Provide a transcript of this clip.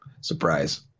Surprise